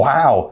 Wow